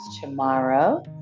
tomorrow